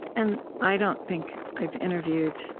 and i don't think i've interviewed